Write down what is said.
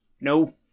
No